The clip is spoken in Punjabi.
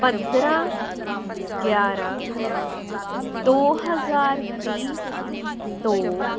ਪੰਦਰਾਂ ਗਿਆਰਾਂ ਦੋ ਹਜ਼ਾਰ ਵੀਹ ਤੋਂ